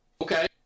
okay